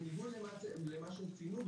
בניגוד למה שציינו,